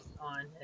on